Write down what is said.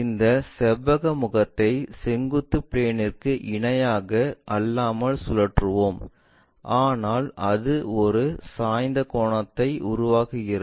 இந்த செவ்வக முகத்தை செங்குத்து பிளேன்ற்கு இணையாக அல்லாமல் சுழற்றுவோம் ஆனால் அது ஒரு சாய்வு கோணத்தை உருவாக்குகிறது